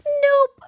nope